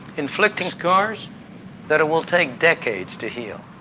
inflicting scars that it will take decades to heal,